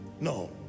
No